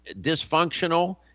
dysfunctional